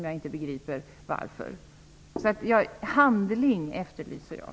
Jag begriper inte varför. Handling efterlyser jag.